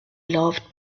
laughed